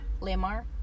Lamar